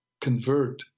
convert